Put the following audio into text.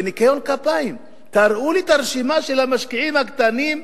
בניקיון כפיים: תראו לי את הרשימה של המשקיעים הקטנים,